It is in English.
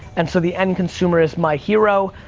and so the end consumer is my hero,